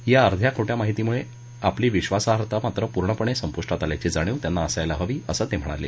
या अर्ध्या खोट्या माहितीमुळे आपली विश्वसार्हता मात्र पूर्णपणे संपुष्टात आल्याची जाणीव त्यांना असायला हवी असं त्यांनी सांगितलं